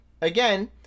Again